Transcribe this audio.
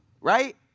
right